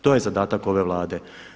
To je zadatak ove Vlade.